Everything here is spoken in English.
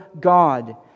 God